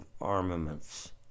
armaments